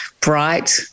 bright